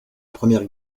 première